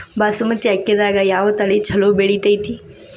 ಬಾಸುಮತಿ ಅಕ್ಕಿದಾಗ ಯಾವ ತಳಿ ಛಲೋ ಬೆಳಿತೈತಿ?